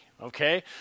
okay